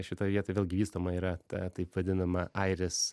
šitoj vietoj vėlgi vystoma yra ta taip vadinama airis